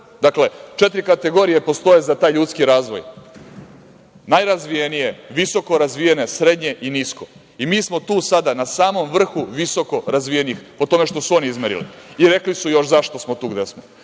Dakle, četiri kategorije postoje za taj ljudski razvoj, najrazvijenije, visoko razvijene, srednje i nisko. Mi smo tu na samom vrhu visoko razvijenih po tome što su oni izmerili i rekli su još zašto smo tu gde smo.